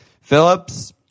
Phillips